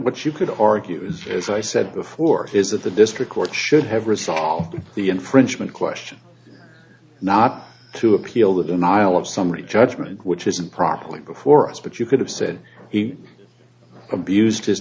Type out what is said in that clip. what you could argue as i said before is that the district court should have resolved the infringement question not to appeal the denial of summary judgment which isn't properly before us but you could have said he abused